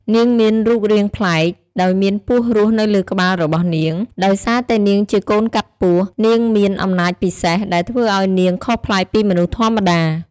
នាងមានរូបរាងប្លែក ដោយមានពស់រស់នៅលើក្បាលរបស់នាង ដោយសារតែនាងជាកូនកាត់ពស់ នាងមាន អំណាចពិសេស ដែលធ្វើឲ្យនាងខុសប្លែកពីមនុស្សធម្មតា។